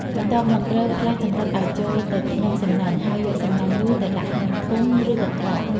បន្ទាប់មក ត្រូវផ្លាស់ចង្រិតឲ្យចូលទៅក្នុងសំណាញ់ ហើយយកសំណាញ់នោះទៅដាក់ក្នុងធុង ឬកន្ត្រក។